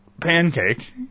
pancake